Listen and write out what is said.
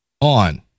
on